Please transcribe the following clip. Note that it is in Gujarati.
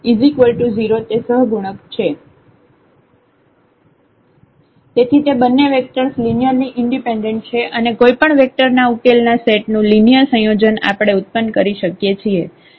તેથી તે બંને વેક્ટર્સ લિનિયરલી ઈન્ડિપેન્ડેન્ટ છે અને કોઈપણ વેકટર ના ઉકેલના સેટ નું લિનિયર સંયોજન આપણે ઉત્પન્ન કરી શકીએ છીએ